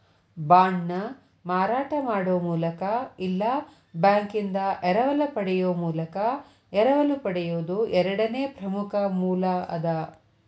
ಬಾಂಡ್ನ ಮಾರಾಟ ಮಾಡೊ ಮೂಲಕ ಇಲ್ಲಾ ಬ್ಯಾಂಕಿಂದಾ ಎರವಲ ಪಡೆಯೊ ಮೂಲಕ ಎರವಲು ಪಡೆಯೊದು ಎರಡನೇ ಪ್ರಮುಖ ಮೂಲ ಅದ